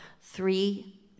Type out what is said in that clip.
three